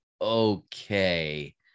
okay